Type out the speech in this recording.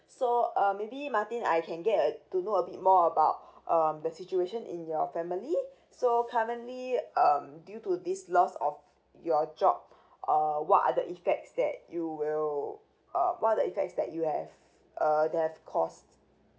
so uh maybe martin I can get a to know a bit more about um the situation in your family so currently um due to this lost of your job uh what are the effects that you will uh what are the effects that you have uh that have cost